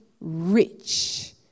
rich